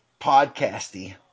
podcasty